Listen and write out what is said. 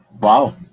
Wow